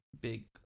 big